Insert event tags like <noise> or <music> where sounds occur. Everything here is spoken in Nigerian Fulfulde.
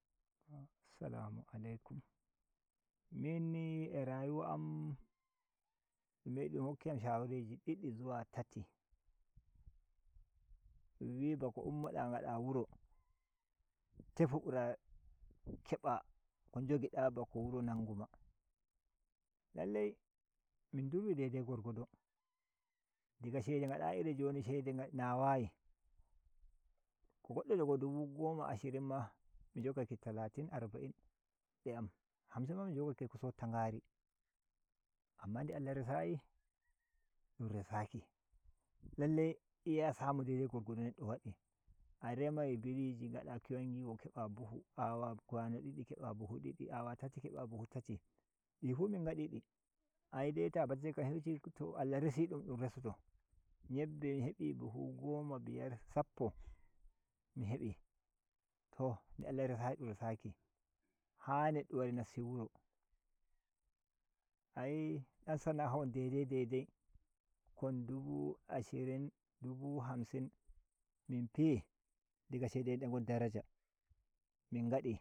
Salamu Alaikum minni a rayuwa am dum hokkiyam shawariji didi xuna tati dunwi bako ummoda ngada wuro tefu bura ke ba ko jogi nda bako wuro nangu ma lallahi min durwi daidai gorgodo diga shede ngadayi iri joni shede nawayi ko goddo jojo dubu goma ashirin ma mi jogake talatin arbain de am hamsin <noise> ma mi jogake ko sofa ngari amma nde Allah resayi dun resaki lallai iya samu daidai gorgodo neddo wadi a remain biriji ngada kuyangiwo keba buhu awa kwano didi keba buhu didi awa tati keba buhu tati difu min ngadi di aidai ta. <unintelligible> Allah resi ɗum ɗum reso to yebbe mi hebi to nde Allah resayi dum dun resaki ha neddo wari nasti wuro ayi dan sana’a hon dai dai dai da ikon dubu ashirin dubu hamsin min piyi daga shede ngon daraja.